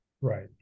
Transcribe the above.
right